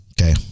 Okay